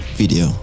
video